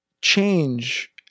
change